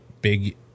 big